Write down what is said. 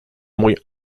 mój